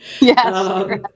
Yes